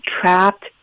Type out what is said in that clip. trapped